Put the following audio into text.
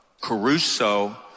Caruso